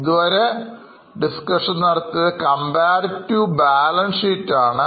ഇതുവരെdiscussion നടത്തിയത് comparative balance sheet ആണ്